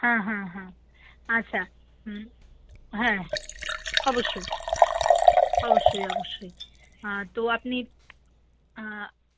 হ্যাঁ হ্যাঁ হ্যাঁ আচ্ছা হুম হ্যাঁ অবশ্যই অবশ্যই অবশ্যই তো আপনি